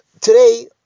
Today